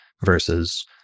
versus